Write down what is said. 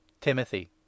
Timothy